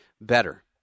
better